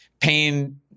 pain